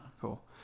Cool